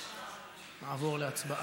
ואחר כך נעבור להצבעה.